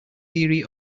theory